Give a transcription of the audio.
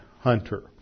hunter